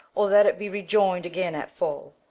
or that it be rejoin'd again at full,